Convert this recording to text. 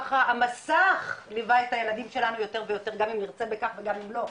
ככה המסך ליווה את הילדים שלנו יותר ויותר גם אם נרצה בכך וגם אם לא,